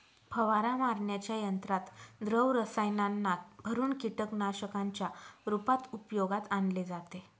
फवारा मारण्याच्या यंत्रात द्रव रसायनांना भरुन कीटकनाशकांच्या रूपात उपयोगात आणले जाते